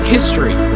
History